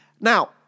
Now